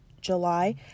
July